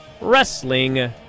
Wrestling